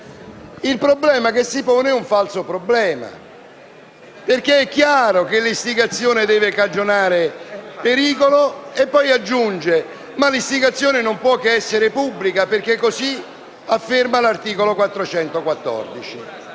il problema che si pone è un falso problema. È chiaro, infatti, che l'istigazione deve cagionare pericolo e poi aggiunge che l'istigazione non può che essere pubblica, perché così afferma l'articolo 414